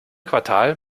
quartal